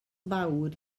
fawr